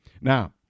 Now